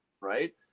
right